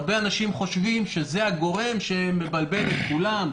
הרבה אנשים חושבים שזה הגורם שמבלבל את כולם,